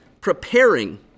preparing